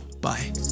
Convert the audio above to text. Bye